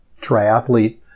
triathlete